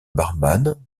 barman